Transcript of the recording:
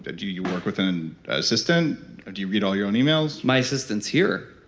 do you work with an assistant or do you read all your own emails? my assistant's here,